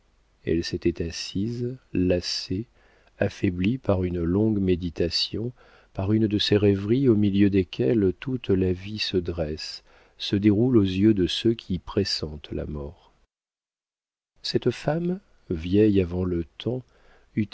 elle s'était assise lassée affaiblie par une longue méditation par une de ces rêveries au milieu desquelles toute la vie se dresse se déroule aux yeux de ceux qui pressentent la mort cette femme vieille avant le temps